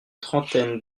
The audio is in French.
trentaine